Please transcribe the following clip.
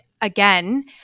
again